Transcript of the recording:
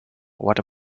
what